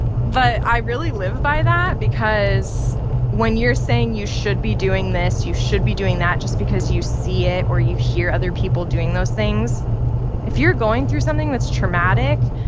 but i really live by that because when you're saying, you should be doing this, you should be doing that just because you see it or you hear other people doing those things if you're going through something that's traumatic,